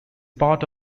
part